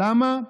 למה?